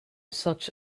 such